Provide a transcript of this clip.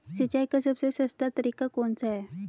सिंचाई का सबसे सस्ता तरीका कौन सा है?